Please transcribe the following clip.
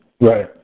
Right